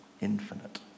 infinite